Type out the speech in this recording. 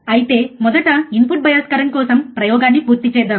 అయితే మొదట input bias current కోసం ప్రయోగాన్ని పూర్తి చేద్దాం